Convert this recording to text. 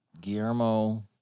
Guillermo